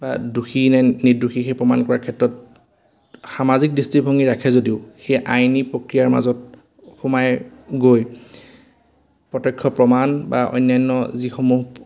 বা দোষী নে নিৰ্দোষী সেই প্ৰমাণ কৰাৰ ক্ষেত্ৰত সামাজিক দৃষ্টিভংগী ৰাখে যদিও সেই আইনী প্ৰক্ৰিয়াৰ মাজত সোমাই গৈ প্ৰত্যক্ষ প্ৰমাণ বা অন্যান্য যিসমূহ